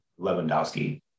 Lewandowski